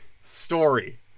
story